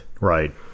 right